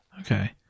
okay